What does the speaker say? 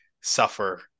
suffer